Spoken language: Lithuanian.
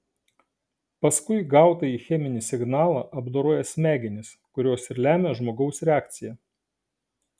paskui gautąjį cheminį signalą apdoroja smegenys kurios ir lemia žmogaus reakciją